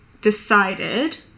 decided